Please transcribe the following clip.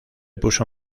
puso